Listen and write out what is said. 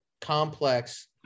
complex